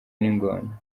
n’ingona